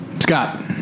Scott